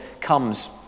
comes